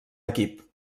equip